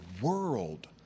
world